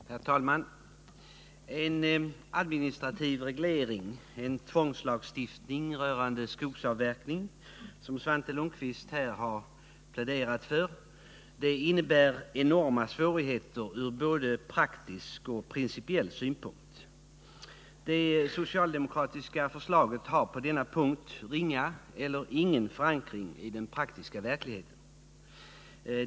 Herr talman! En administrativ reglering — en tvångslagstiftning rörande skogsavverkning — som Svante Lundkvist här har pläderat för innebär enorma svårigheter ur både praktisk och principiell synpunkt. Det socialde mokratiska förslaget har på denna punkt ringa eller ingen förankring i den praktiska verkligheten.